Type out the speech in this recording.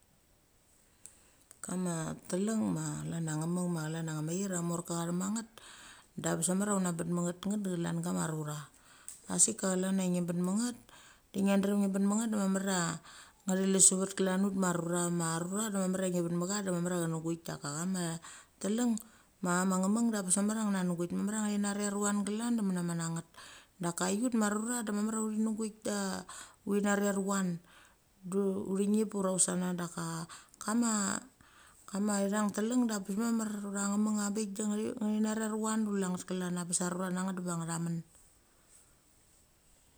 kama teleng ma chlan a nemang ma chlan a ngmair a morka cha thek ma nget, da a bes mamar ungia ben mecha nget. Nget da chlan kama rurtha. A sik ka chlan a ngi ben mecha nget de ngia drem ngi ben mecha nget de mamar a ngchi lusvet klan ut ma rurcha, ma rurcha de ngi ven mecha de mamar chenuguik daka chama teleng ma cha ma nemang da bes mama a neuanuguit mamar a chi nari a ruchann glan de menna nget. Daka iut ma rurcha de mamar cha uchi nuguit da uthi nari a ruch a en du uchi nip nip ura u sanna. Daka kama, kama, ithang teleng da bes mamar ura a ngma memang a bik de ngi narlarucha en a chule nget klan a bes a rutha na nget diva ngthamen.